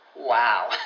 Wow